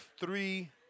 three